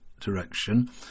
direction